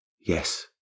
Yes